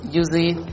using